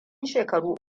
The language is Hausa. shekaru